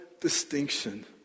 distinction